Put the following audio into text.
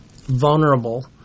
vulnerable